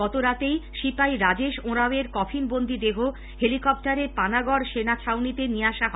গতরাতেই সিপাই রাজেশ ওঁরাও এর কফিনবন্দি দেহ হেলিকপ্টারে পানাগড় সেনাছাউনিতে নিয়ে আসা হয়